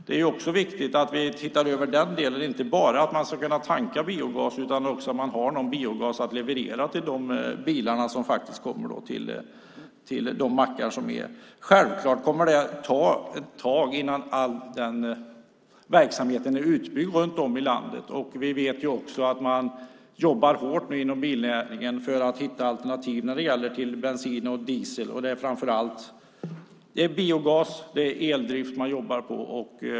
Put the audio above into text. Det är viktigt att vi tittar över också den delen. Det handlar inte bara om att man ska kunna tanka biogas utan också om att man har någon biogas att leverera till de bilar som kommer till de mackar som finns. Självfallet kommer det att ta ett tag innan all denna verksamhet är utbyggd runt om i landet. Vi vet också att man jobbar hårt nu inom bilnäringen för att hitta alternativ till bensin och diesel. Det är framför allt biogas och eldrift man jobbar på.